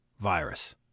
virus